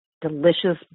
delicious